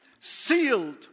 sealed